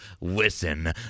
Listen